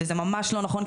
וזה ממש לא נכון,